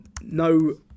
no